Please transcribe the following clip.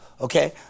Okay